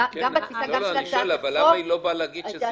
גם בתפיסה של הצעת החוק --- למה היא לא באה להגיד שזה